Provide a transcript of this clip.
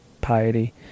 piety